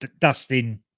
Dustin